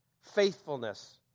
faithfulness